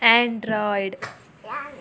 android